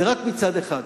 זה רק מצד אחד.